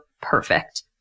perfect